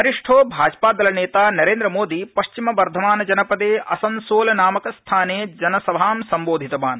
वरिष्ठो भाजपादलनेता नरेन्द्रमोदी पश्चिम वर्धमानजनपदे असनसोल नामके स्थाने जनसभा संबोधितवान्